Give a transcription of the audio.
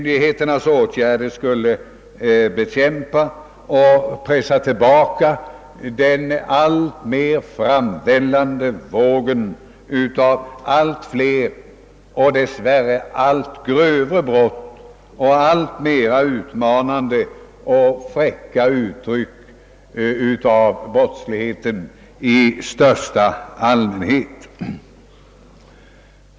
Det väller för närvarande fram en våg av allt fler och dess värre allt grövre brott samt alltmera utmanande och fräcka uttryck för brottsligheten i största allmänhet.